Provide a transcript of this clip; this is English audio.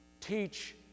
teach